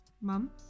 Mum